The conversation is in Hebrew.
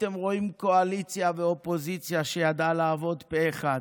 אתם רואים קואליציה ואופוזיציה שידעו לעבוד פה אחד,